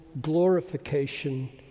glorification